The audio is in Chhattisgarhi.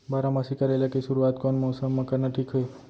बारामासी करेला के शुरुवात कोन मौसम मा करना ठीक हे?